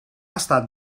estat